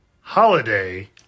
Holiday